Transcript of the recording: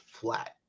flat